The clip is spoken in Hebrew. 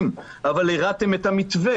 אבל הרעתם את המתווה.